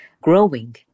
growing